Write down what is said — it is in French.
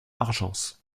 argens